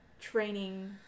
training